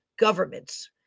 governments